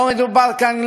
לא מדובר כאן,